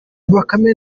bakame